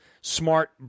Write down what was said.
Smart